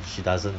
she doesn't